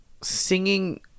singing